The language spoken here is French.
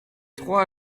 trois